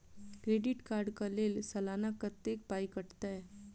Credit card कऽ लेल सलाना कत्तेक पाई कटतै?